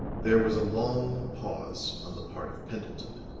there was a long pause on the part of pendleton.